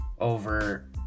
over